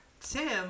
tim